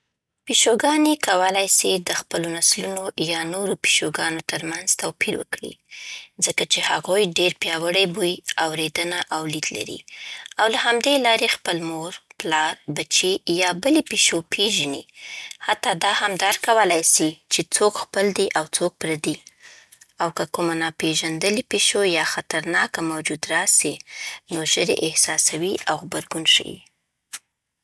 پیشوګانې کولی سي د خپلو نسلونو یا نورو پیشوګانو ترمنځ توپیر وکړي، ځکه چې هغوی ډېر پیاوړی بوی، اورېدنه او لید لري، او له همدې لارې خپل مور، پلار، بچي یا بلې پیشو پېژني، حتی دا هم درک کولی سي چې څوک خپل دی او څوک پردی. او که کومه ناپېژندلې پیشو یا خطرناکه موجود راسي، نو ژر یې احساسوي او غبرګون ښيي.